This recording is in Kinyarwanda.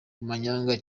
amanyanga